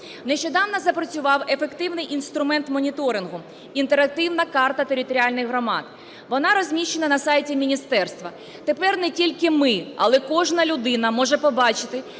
Нещодавно запрацював ефективний інструмент моніторингу – інтерактивна карта територіальних громад. Вона розміщена на сайті міністерства. Тепер не тільки ми, але кожна людина може побачити,